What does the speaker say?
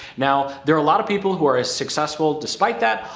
now there are a lot of people who are as successful despite that,